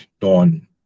Dawn